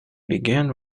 began